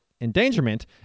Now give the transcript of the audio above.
endangerment